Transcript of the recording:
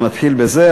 נתחיל בזה,